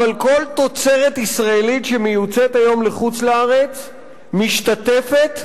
אבל כל תוצרת ישראלית שמיוצאת היום לחוץ-לארץ משתתפת,